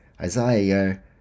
Isaiah